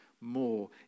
more